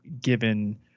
given –